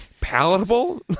palatable